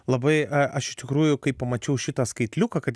labai aš iš tikrųjų kai pamačiau šitą skaitliuką kad